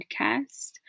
podcast